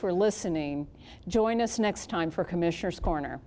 for listening join us next time for commissioners corner